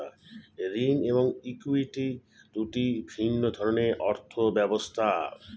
ঋণ এবং ইক্যুইটি দুটি ভিন্ন ধরনের অর্থ ব্যবস্থা